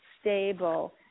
stable